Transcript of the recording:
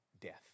death